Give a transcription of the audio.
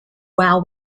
wow